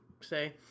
say